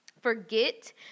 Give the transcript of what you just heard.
Forget